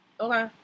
Okay